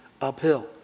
uphill